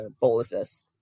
boluses